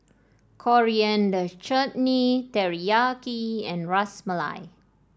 Coriander Chutney Teriyaki and Ras Malai